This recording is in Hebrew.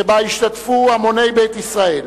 שבה השתתפו המוני בית ישראל.